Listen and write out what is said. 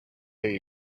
they